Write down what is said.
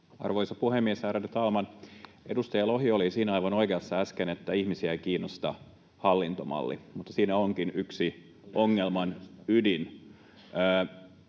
Arvoisa puhemies, ärade talman! Edustaja Lohi oli siinä aivan oikeassa äsken, että ihmisiä ei kiinnosta hallintomalli, mutta siinä onkin yksi ongelman ydin.